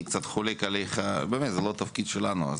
זה לא התפקיד שלנו.